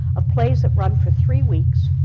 of plays that run for three weeks,